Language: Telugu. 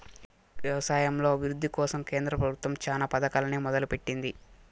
వ్యవసాయంలో అభివృద్ది కోసం కేంద్ర ప్రభుత్వం చానా పథకాలనే మొదలు పెట్టింది